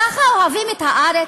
ככה אוהבים את הארץ?